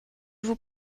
vous